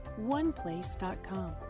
OnePlace.com